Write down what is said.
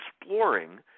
exploring